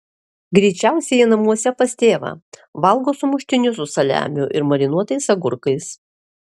greičiausiai ji namuose pas tėvą valgo sumuštinius su saliamiu ir marinuotais agurkais